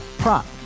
prop